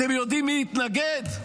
אתם יודעים מי התנגד?